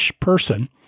person